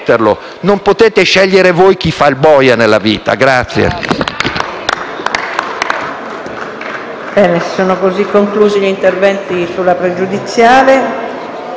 Non potete scegliere voi chi fa il boia nella vita.